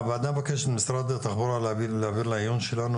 הוועדה מבקשת ממשרד התחבורה להעביר לעיון שלנו